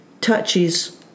touches